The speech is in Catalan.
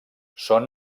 són